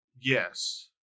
Yes